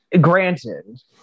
granted